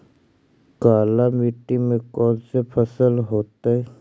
काला मिट्टी में कौन से फसल होतै?